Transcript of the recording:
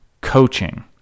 coaching